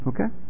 Okay